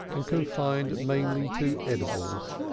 and confined mainly to edibles.